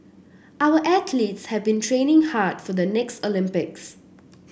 our athletes have been training hard for the next Olympics